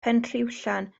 penrhiwllan